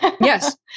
Yes